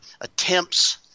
attempts